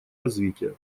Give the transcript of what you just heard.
развития